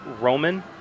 Roman